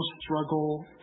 struggle